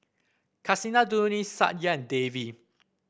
Kasinadhuni Satya and Devi